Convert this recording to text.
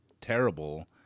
terrible